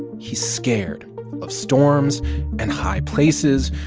he's scared of storms and high places.